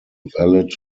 valid